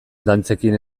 dantzekin